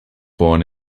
born